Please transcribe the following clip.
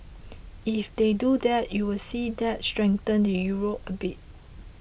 if they do that you would see that strengthen the Euro a bit